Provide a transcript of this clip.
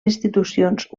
institucions